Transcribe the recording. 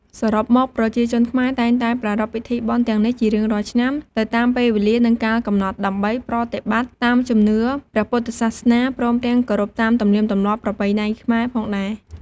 សរុបមក ប្រជាជនខ្មែរតែងតែប្រារព្ធពិធីបុណ្យទាំងនេះជារៀងរាល់ឆ្នាំទៅតាមពេលវេលានិងកាលកំណត់ ដើម្បីប្រតិបត្តិតាមជំនឿព្រះពុទ្ធសាសនា ព្រមទាំងគោរពតាមទំនៀមទម្លាប់ប្រពៃណីខ្មែរផងដែរ។